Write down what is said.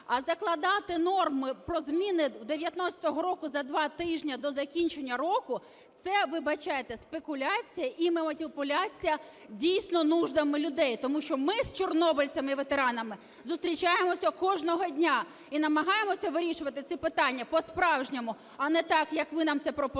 А закладати норми про зміни 2019 року за два тижні до закінчення року - це, вибачайте, спекуляція і маніпуляція, дійсно, нуждами людей. Тому що ми з чорнобильцями, ветеранами зустрічаємося кожного дня і намагаємося вирішувати ці питання по-справжньому, а не так, як ви нам це пропонуєте.